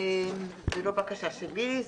זאת לא בקשה שלי.